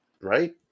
right